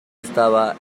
estaba